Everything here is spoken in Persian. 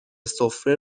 سفره